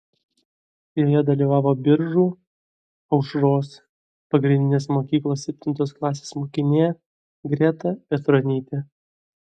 joje dalyvavo biržų aušros pagrindinės mokyklos septintos klasės mokinė greta petronytė